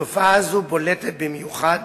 תופעה זו בולטת במיוחד